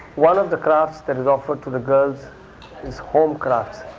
one of the crafts that is offered to the girls is home crafts,